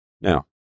Now